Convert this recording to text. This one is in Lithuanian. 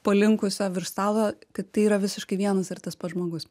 palinkusio virš stalo kad tai yra visiškai vienas ir tas pats žmogus